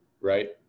right